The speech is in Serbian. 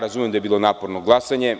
Razumem da je bilo naporno glasanje.